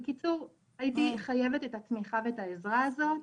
בקיצור, הייתי חייבת את כל התמיכה ואת העזרה הזאת